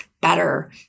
better